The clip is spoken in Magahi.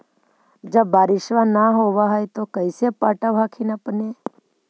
जब बारिसबा नय होब है तो कैसे पटब हखिन अपने?